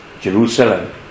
Jerusalem